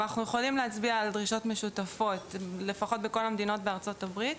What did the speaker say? אבל אנחנו יכולים להצביע על דרישות משותפות בכל המדינות בארצות הברית,